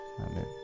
Amen